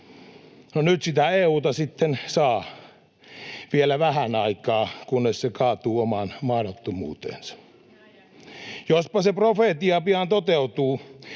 nyt sitä EU:ta sitten saa, vielä vähän aikaa, kunnes se kaatuu omaan mahdottomuuteensa. Jospa pian toteutuu